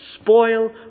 spoil